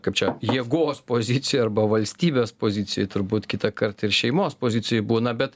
kaip čia jėgos pozicijoj arba valstybės pozicijoj turbūt kitąkart ir šeimos pozicijoj būna bet